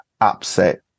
upset